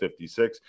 56